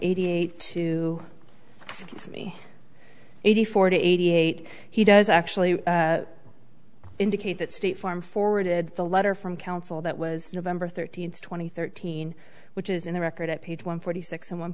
eighty eight to me eighty four to eighty eight he does actually indicate that state farm forwarded the letter from counsel that was november thirteenth two thousand and thirteen which is in the record at page one forty six and one